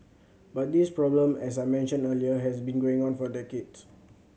but this problem as I mentioned earlier has been going on for decades